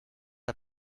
der